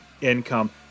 Income